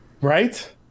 Right